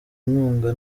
inkunga